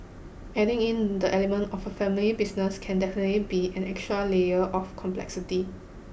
adding in the element of a family business can definitely be an extra layer of complexity